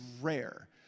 rare